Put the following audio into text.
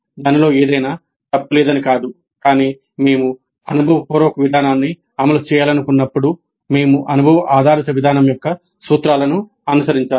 దానిలో ఏదైనా తప్పు లేదని కాదు కానీ మేము అనుభవపూర్వక విధానాన్ని అమలు చేయాలనుకున్నప్పుడు మేము అనుభవ ఆధారిత విధానం యొక్క సూత్రాలను అనుసరించాలి